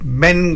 men